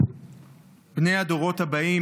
בני הדורות הבאים,